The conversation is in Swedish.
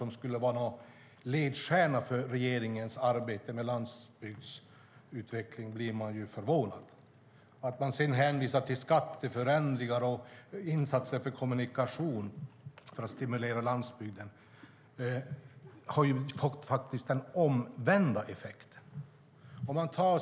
Om de skulle vara ledstjärnor för regeringens arbete med landsbygdsutveckling blir man ju förvånad. Att statsrådet sedan hänvisar till skatteförändringar och insatser för kommunikation för att stimulera landsbygden har faktiskt fått en omvänd effekt.